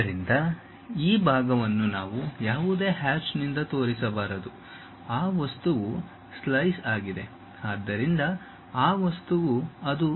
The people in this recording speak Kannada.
ಆದ್ದರಿಂದ ಈ ಭಾಗವನ್ನು ನಾವು ಯಾವುದೇ ಹ್ಯಾಚ್ನಿಂದ ತೋರಿಸಬಾರದು ಆ ವಸ್ತುವು ಸ್ಲೈಸ್ ಆಗಿದೆ ಆದ್ದರಿಂದ ಆ ವಸ್ತುವು ಅದು